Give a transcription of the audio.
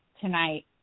tonight